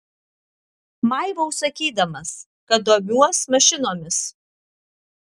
maivaus sakydamas kad domiuos mašinomis